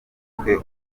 umutwe